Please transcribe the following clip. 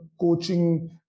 coaching